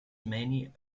many